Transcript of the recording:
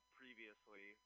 previously